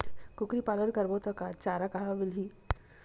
कुकरी पालन करबो त चारा कहां मिलही?